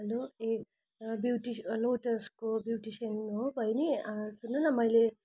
hello ए beauty लटसको beautician हो बहिनी सुन्नु न मैले